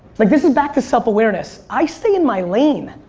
like this is back to self-awareness. i stay in my lane.